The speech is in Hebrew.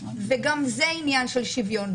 וגם זה עניין של שוויון.